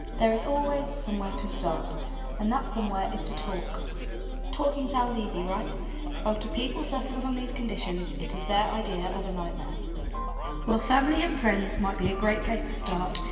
there is always somewhere to start and that somewhere is to talk talking sounds easy right? well to people suffering from these conditions, it is their idea of a nightmare while family and friends might be a great place to start,